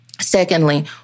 Secondly